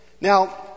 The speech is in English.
Now